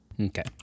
Okay